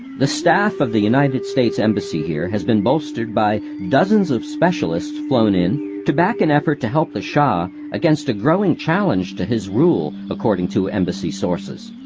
the staff of the united states embassy here has been bolstered by dozens of specialists flown in to back an effort to help the shah against a growing challenge to his rule according to embassy sources.